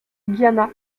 guyana